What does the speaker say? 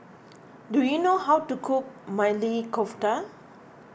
do you know how to cook Maili Kofta